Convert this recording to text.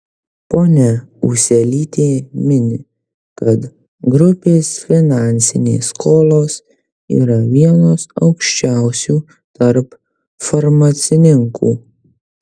ponia ūselytė mini kad grupės finansinės skolos yra vienos aukščiausių tarp farmacininkų